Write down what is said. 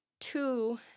two